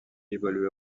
évoluait